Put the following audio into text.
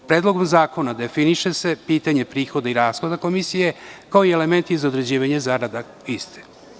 Predlogom zakona definiše se pitanje prihoda i rashoda komisije, kao i elementi za određivanje zarada iste.